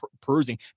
perusing